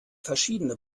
verschiedene